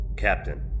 Captain